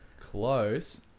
close